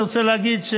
אני רוצה להגיד,